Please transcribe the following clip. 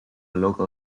local